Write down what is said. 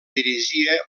dirigia